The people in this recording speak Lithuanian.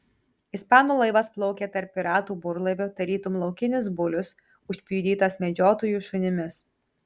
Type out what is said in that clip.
ispanų laivas plaukė tarp piratų burlaivių tarytum laukinis bulius užpjudytas medžiotojų šunimis